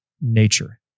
nature